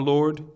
Lord